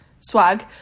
swag